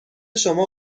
شما